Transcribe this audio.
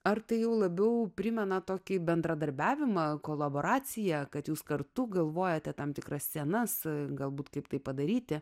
ar tai jau labiau primena tokį bendradarbiavimą kolaboraciją kad jūs kartu galvojate tam tikras scenas galbūt kaip tai padaryti